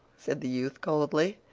said the youth coldly.